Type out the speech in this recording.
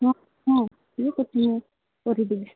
ହଁ କରିଦେବି